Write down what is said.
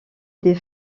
des